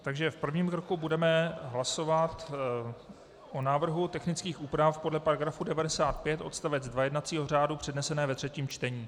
V prvním kroku budeme hlasovat o návrhu technických úprav podle § 95 odst. 2 jednacího řádu přednesené ve třetím čtení.